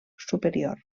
superior